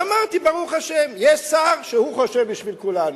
ואמרתי: ברוך השם, יש שר שחושב בשביל כולנו.